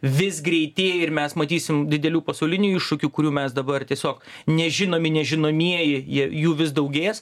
vis greitėja ir mes matysim didelių pasaulinių iššūkių kurių mes dabar tiesiog nežinomi nežinomieji jie jų vis daugės